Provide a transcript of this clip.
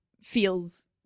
feels